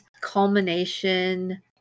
culmination